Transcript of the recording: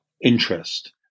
interest